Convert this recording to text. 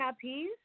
Peas